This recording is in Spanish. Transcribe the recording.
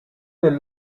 del